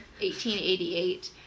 1888